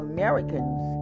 Americans